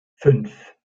fünf